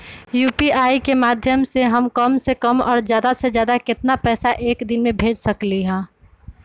UPI के माध्यम से हम कम से कम और ज्यादा से ज्यादा केतना पैसा एक दिन में भेज सकलियै ह?